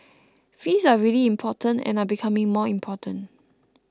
fees are really important and are becoming more important